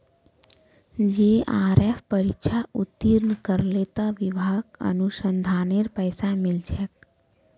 JRF परीक्षा उत्तीर्ण करले त विभाक अनुसंधानेर पैसा मिल छेक